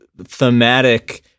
thematic